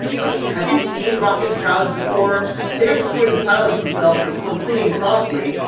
like, have you seen raucous crowds before? they aren't just going to silence themselves for someone singing softly,